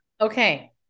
Okay